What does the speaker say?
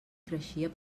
creixia